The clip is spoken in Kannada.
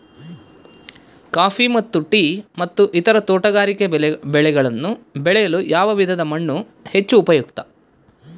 ಕಾಫಿ ಮತ್ತು ಟೇ ಮತ್ತು ಇತರ ತೋಟಗಾರಿಕೆ ಬೆಳೆಗಳನ್ನು ಬೆಳೆಯಲು ಯಾವ ವಿಧದ ಮಣ್ಣು ಹೆಚ್ಚು ಉಪಯುಕ್ತ?